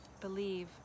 believe